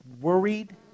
worried